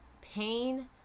pain